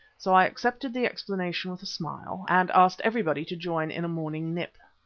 so i accepted the explanation with a smile, and asked everybody to join in a morning nip.